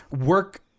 work